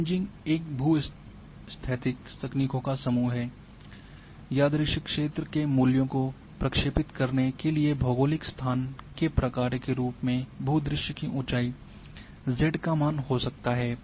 kriging एक भूस्थैतिक तकनीकों का समूह है यादृच्छिक क्षेत्र के मूल्यों को प्रक्षेपित करने के लिए भौगोलिक स्थान के प्रकार के रूप में भूदृश्य की ऊंचाई Z का मान हो सकता है